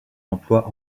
emploi